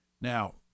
Now